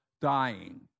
dying